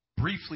briefly